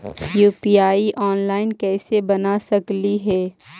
UPI online कैसे बना सकली हे?